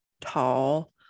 tall